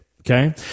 okay